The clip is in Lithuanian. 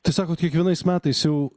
tai sakot kiekvienais metais jau